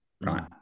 right